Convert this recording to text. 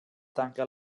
tanca